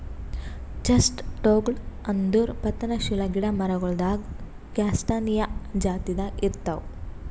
ಚೆಸ್ಟ್ನಟ್ಗೊಳ್ ಅಂದುರ್ ಪತನಶೀಲ ಗಿಡ ಮರಗೊಳ್ದಾಗ್ ಕ್ಯಾಸ್ಟಾನಿಯಾ ಜಾತಿದಾಗ್ ಇರ್ತಾವ್